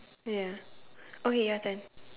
ya okay your turn